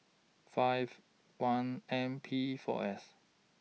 five one M P four S